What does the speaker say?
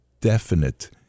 definite